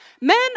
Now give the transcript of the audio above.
Men